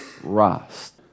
Rust